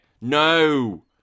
No